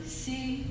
see